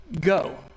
go